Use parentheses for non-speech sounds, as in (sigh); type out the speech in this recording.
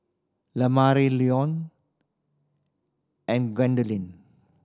(unintelligible) Leon and (unintelligible)